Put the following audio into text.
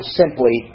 simply